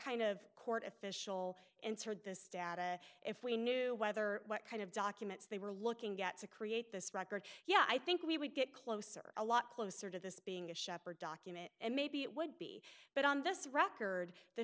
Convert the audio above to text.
kind of court official answered this data if we knew whether what kind of documents they were looking at to create this record yeah i think we would get closer a lot closer to this being a shepherd document and maybe it would be but on this record the